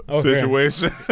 situation